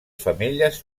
femelles